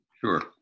Sure